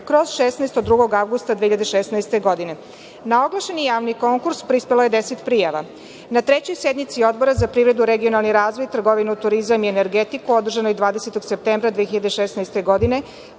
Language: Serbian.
od 2. avgusta 2016. godine. Na oglašeni javni konkurs, pristalo je 10 prijava. Na trećoj sednici Odbora za privredu, regionalni razvoj, trgovinu, turizam i energetiku, održanoj 20. septembra 2016. godine,